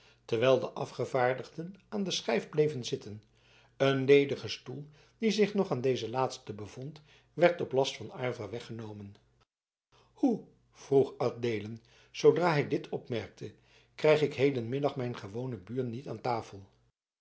terwijl de afgevaardigden aan de schijf bleven zitten een ledige stoel die zich nog aan deze laatste bevond werd op last van aylva weggenomen hoe vroeg adeelen zoodra hij dit opmerkte krijg ik hedenmiddag mijn gewone buur niet aan tafel